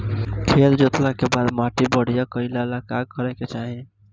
खेत जोतला के बाद माटी बढ़िया कइला ला का करे के चाही?